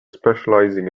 specialising